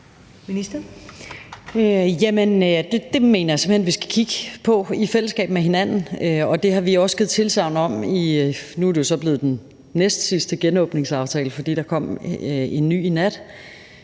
hen at vi skal kigge på i fællesskab med hinanden, og det har vi også givet tilsagn om, og nu er det jo så blevet den næstsidste genåbningsaftale, fordi der kom en ny i nat,